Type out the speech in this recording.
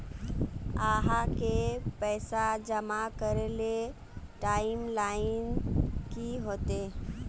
आहाँ के पैसा जमा करे ले टाइम लाइन की होते?